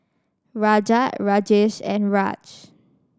Rajat Rajesh and Raj